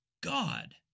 God